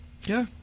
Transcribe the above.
Sure